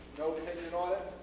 no opinion on it?